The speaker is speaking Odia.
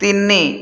ତିନି